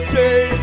day